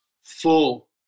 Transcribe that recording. full